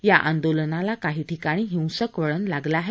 या आंदोलनाला काही ठिकाणी हिसक वळण लागलं आहे